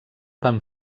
van